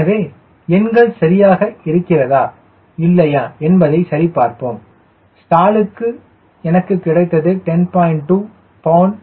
எனவே எண்கள் சரியாக இருக்கிறதா இல்லையா என்பதை சரி பார்ப்போம் ஸ்டாலுக்கு எனக்கு கிடைத்தது 10